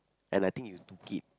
and I think you took it